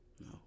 No